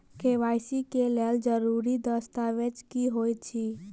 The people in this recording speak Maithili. के.वाई.सी लेल जरूरी दस्तावेज की होइत अछि?